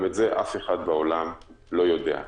גם את זה אף אחד בעולם לא יודע.